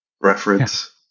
reference